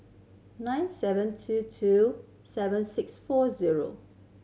nine seven two two seven six four zero